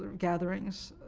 gatherings.